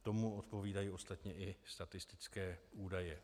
Tomu odpovídají ostatně i statistické údaje.